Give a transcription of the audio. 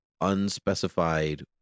unspecified